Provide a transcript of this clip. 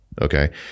Okay